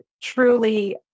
truly